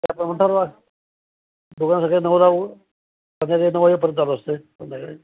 दुकान सकाळी नऊला उगडून संध्याकाळी नऊ वाजेपर्यंत चालू असतं संध्याकाळी